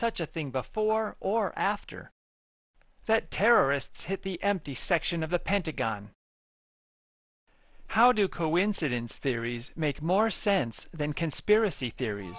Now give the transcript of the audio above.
such a thing before or after that terrorists hit the empty section of the pentagon how do coincidence theories make more sense than conspiracy theories